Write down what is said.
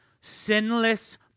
Sinless